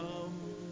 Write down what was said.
come